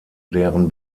deren